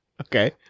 okay